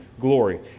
glory